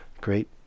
great